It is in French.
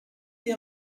des